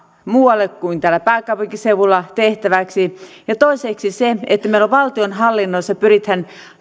muualla kuin täällä pääkaupunkiseudulla tehtäväksi ja toiseksi meillä valtionhallinnossa pyritään